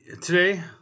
Today